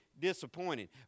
disappointed